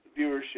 viewership